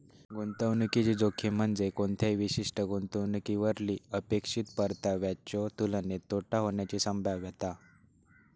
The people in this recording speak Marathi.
गुंतवणुकीची जोखीम म्हणजे कोणत्याही विशिष्ट गुंतवणुकीवरली अपेक्षित परताव्याच्यो तुलनेत तोटा होण्याची संभाव्यता